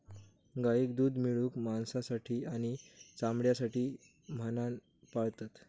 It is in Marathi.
गाईक दूध मिळवूक, मांसासाठी आणि चामड्यासाठी म्हणान पाळतत